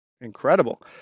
incredible